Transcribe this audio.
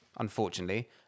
unfortunately